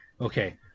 okay